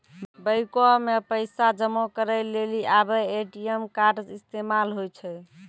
बैको मे पैसा जमा करै लेली आबे ए.टी.एम कार्ड इस्तेमाल होय छै